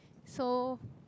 so